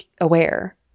aware